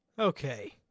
Okay